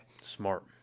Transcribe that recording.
Smart